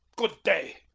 good-day!